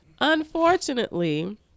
Unfortunately